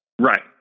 Right